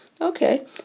Okay